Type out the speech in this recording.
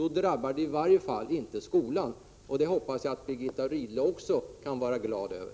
Det drabbar i varje fall inte skolan, och det hoppas jag att också Birgitta Rydle kan vara glad över.